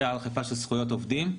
אחראי על אכיפה של זכויות עובדים,